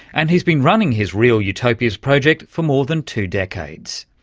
and he's been running his real utopias project for more than two decades,